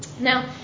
Now